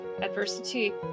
Adversity